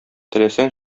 теләсәң